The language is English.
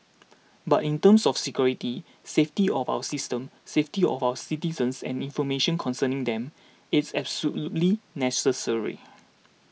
but in terms of security safety of our system safety of our citizens and information concerning them it's absolutely necessary